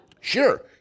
sure